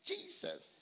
Jesus